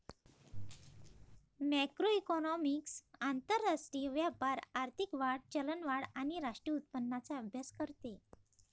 macroeconomics आंतरराष्ट्रीय व्यापार, आर्थिक वाढ, चलनवाढ आणि राष्ट्रीय उत्पन्नाचा अभ्यास करते